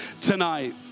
tonight